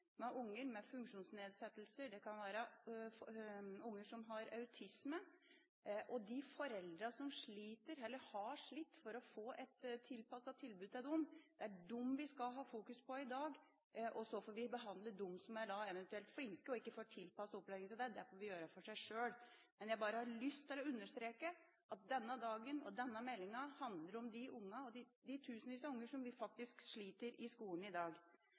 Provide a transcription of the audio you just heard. kan være unger som har autisme – og de foreldrene som sliter, eller har slitt, for å få et tilpasset tilbud til dem, vi skal ha fokus på i dag. Og så får vi behandle dem som er flinke, og som ikke får tilpasset opplæring, for seg sjøl. Jeg har bare lyst til å understreke at denne dagen og denne meldingen handler om de tusenvis av unger som faktisk sliter i skolen i dag.